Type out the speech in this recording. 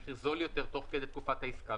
מחיר זול יותר תוך כדי תקופת העסקה,